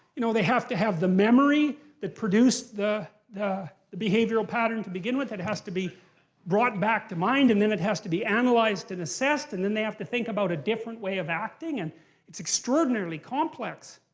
you know, they have to have the memory that produced the the behavioral pattern to begin with. it has to be brought back to mind, and then it has to be analyzed and assessed, and then they have to think about a different way of acting. and it's extraordinarily complex.